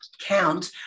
count